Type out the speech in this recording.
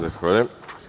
Zahvaljujem.